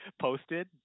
posted